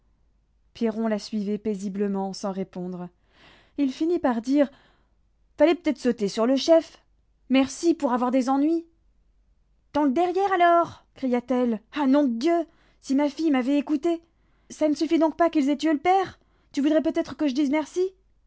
pierron la suivait paisiblement sans répondre il finit par dire fallait peut-être sauter sur le chef merci pour avoir des ennuis tends le derrière alors cria-t-elle ah nom de dieu si ma fille m'avait écoutée ça ne suffit donc pas qu'ils m'aient tué le père tu voudrais peut-être que je dise merci